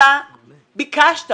אתה ביקשת